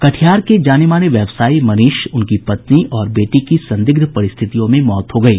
कटिहार के जानेमाने व्यवसायी मनीष उनकी पत्नी और बेटी की संदिग्ध परिस्थितियों में मौत हो गयी